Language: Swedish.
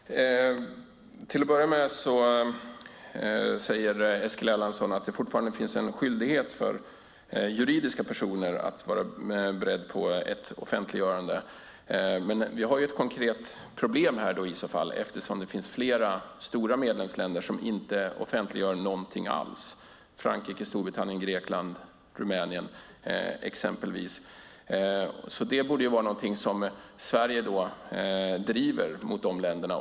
Fru talman! Till att börja med säger Eskil Erlandsson att det fortfarande finns en skyldighet för juridiska personer att vara beredda på ett offentliggörande. Vi har i så fall ett konkret problem här eftersom det finns flera stora medlemsländer som inte offentliggör någonting alls. Det gäller exempelvis Frankrike, Storbritannien, Grekland och Rumänien. Det borde vara någonting som Sverige driver mot de länderna.